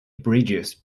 bridges